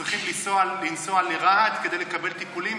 צריכים לנסוע לרהט כדי לקבל טיפולים,